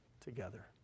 together